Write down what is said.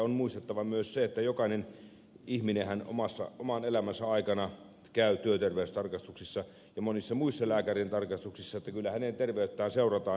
on muistettava myös se että jokainen ihminenhän oman elämänsä aikana käy työterveystarkastuksissa ja monissa muissa lääkärintarkastuksissa joten kyllä hänen terveyttään seurataan